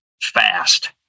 fast